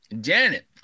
janet